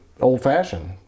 Old-fashioned